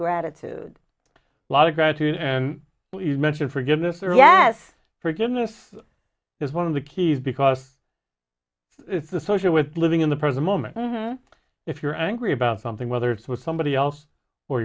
gratitude a lot of gratitude and you mentioned forgiveness or yes forgiveness is one of the keys because it's the social with living in the present moment if you're angry about something whether it's with somebody else or